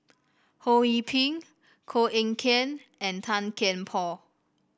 Ho Yee Ping Koh Eng Kian and Tan Kian Por